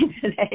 today